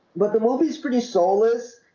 but the movies pretty soulless.